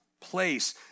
place